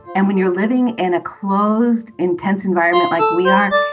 and when you're living in a closed, intense environment like we are,